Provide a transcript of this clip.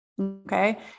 okay